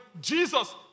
Jesus